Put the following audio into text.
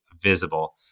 visible